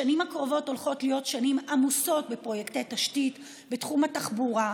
השנים הקרובות הולכות להיות שנים עמוסות בפרויקטי תשתית בתחום התחבורה,